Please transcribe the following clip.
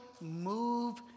move